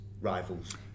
rivals